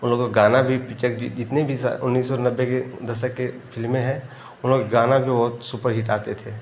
उन लोग का गाना भी पिच्चर की जितने भी उन्नीस सौ नब्बे के दशक के फिल्में हैं वो लोग गाना भी बहुत सुपर हिट आते थे